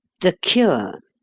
the cure